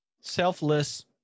selfless